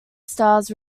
stars